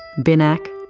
binac,